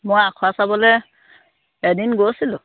মই আখৰা চাবলৈ এদিন গৈছিলোঁ